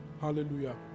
Hallelujah